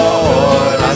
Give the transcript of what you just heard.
Lord